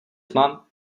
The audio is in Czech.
tma